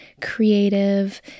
creative